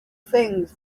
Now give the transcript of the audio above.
things